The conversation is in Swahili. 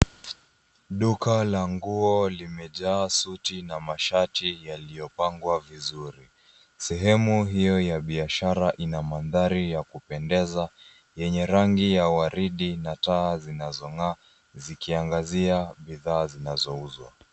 Duka la nguo limejaa suti na mashati yaliyopangwa vizuri. Sehemu hiyo ya biashara ina mandhari ya kupendeza yenye rangi ya waridi na taa zinazong'aa zikiangazia bidhaa zinazouzwa.